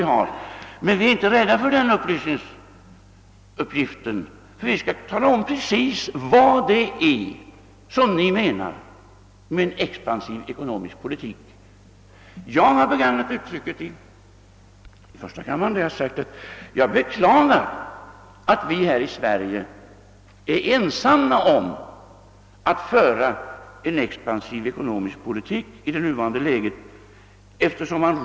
Vi är emellertid inte rädda för den upplysningsuppgiften utan kommer att ingående tala om vad ni egentligen menar med en expansiv ekonomisk politik. Jag har i första kammaren sagt att vi beklagar, att Sverige är ensamt om att föra en expansiv politik i det nuvarande läget.